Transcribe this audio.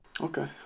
okay